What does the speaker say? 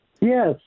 Yes